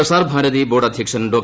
Prasar Bharati board അധ്യക്ഷൻ ഡോ